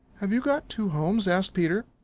have you got two homes? asked peter.